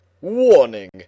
Warning